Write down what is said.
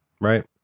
right